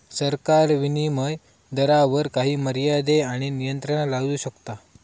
सरकार विनीमय दरावर काही मर्यादे आणि नियंत्रणा लादू शकता